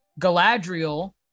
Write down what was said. Galadriel